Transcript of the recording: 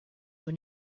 when